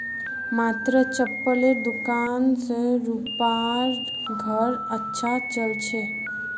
मात्र चप्पलेर दुकान स रूपार घर अच्छा चल छ